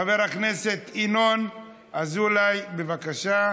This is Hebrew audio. חבר הכנסת ינון אזולאי, בבקשה.